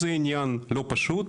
זה עניין לא פשוט,